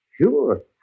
Sure